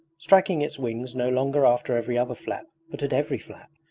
striking its wings no longer after every other flap but at every flap,